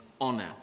honor